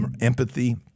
empathy